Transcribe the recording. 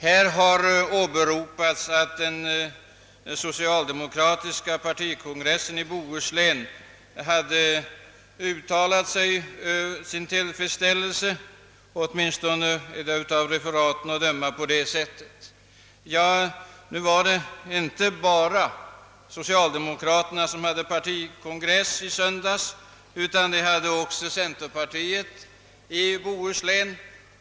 Här har framhållits att den socialdemokratiska partikongressen i Bohuslän, i varje fall av referaten att döma, har uttalat sin tillfredsställelse. Nu var det inte bara socialdemokraterna som hade partikongress i söndags, utan det hade också centerpartiet i Bohuslän.